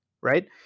right